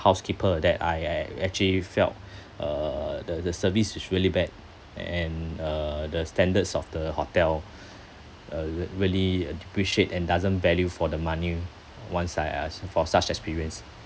housekeeper that I I I actually felt uh the the service is really bad and uh the standards of the hotel uh really uh depreciate and doesn't value for the money once I ask for such experience